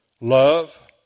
love